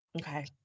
Okay